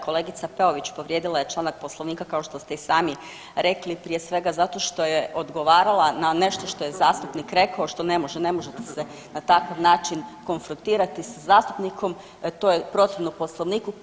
Kolegica Peović povrijedila je članak Poslovnika kao što ste i sami rekli prije svega zato što je odgovarala na nešto što je zastupnik rekao što ne može, ne može te na takav način konfrotirati sa zastupnikom to je protivno poslovniku.